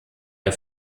der